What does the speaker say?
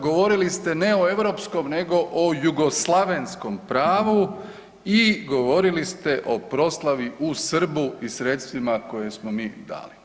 Govorili ste ne o europskom nego o jugoslavenskom pravu i govorili ste o proslavi u Srbu i sredstvima koja smo mi dali.